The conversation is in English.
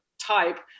type